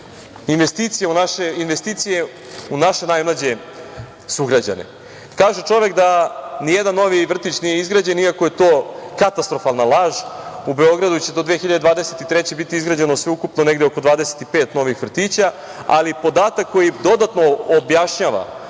investicija u naše najmlađe sugrađane. Kaže čovek da nijedan novi vrtić nije izgrađen, iako je to katastrofalna laž, u Beogradu će do 2023. godine biti izgrađeno sve ukupno negde oko 25 novih vrtića, ali podatak koji dodatno objašnjava